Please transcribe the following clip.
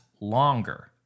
longer